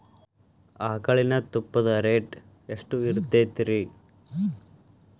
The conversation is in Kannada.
ಆಕಳಿನ ತುಪ್ಪದ ರೇಟ್ ಎಷ್ಟು ಇರತೇತಿ ರಿ?